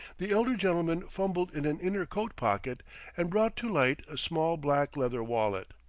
the elder gentleman fumbled in an inner coat-pocket and brought to light a small black leather wallet.